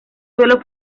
suelo